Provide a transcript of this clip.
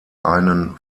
einen